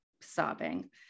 sobbing